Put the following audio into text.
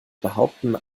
behaupten